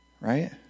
Right